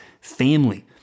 family